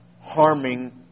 harming